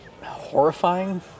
horrifying